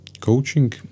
coaching